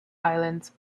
islands